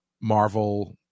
Marvel